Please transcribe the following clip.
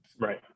Right